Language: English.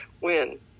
win